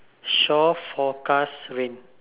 shore forecast rain